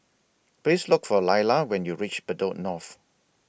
Please Look For Laila when YOU REACH Bedok North